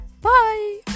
Bye